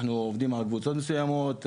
אנחנו עובדים על קבוצות מסוימות,